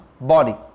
body